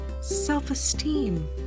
self-esteem